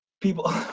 People